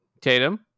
Tatum